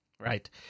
Right